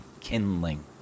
kindling